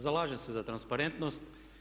Zalažem se za transparentnost.